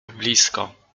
blisko